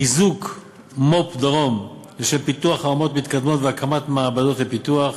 חיזוק מו"פ דרום לשם פיתוח חממות מתקדמות והקמת מעבדות לפיתוח.